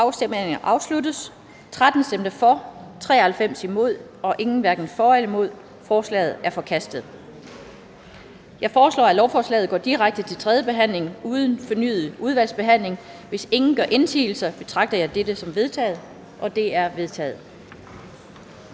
stemte 93 (S, V, RV, SF, EL, KF, ALT og LA), hverken for eller imod stemte 0. Ændringsforslaget er forkastet. Jeg foreslår, at lovforslaget går direkte til tredje behandling uden fornyet udvalgsbehandling. Hvis ingen gør indsigelse, betragter jeg dette som vedtaget. Det er vedtaget.